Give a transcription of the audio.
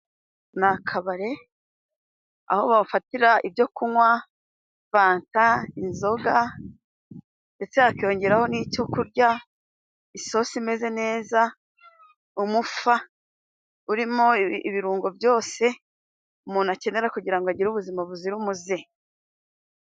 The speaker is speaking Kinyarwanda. Ni akabare aho bafatira ibyo kunywa fanta inzoga, ndetse hakiyongeraho n'icyo kurya, isosi imeze neza, umufa urimo ibirungo byose umuntu akenera kugira ngo agire ubuzima buzira umuze.